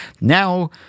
now